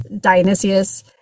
Dionysius